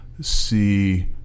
see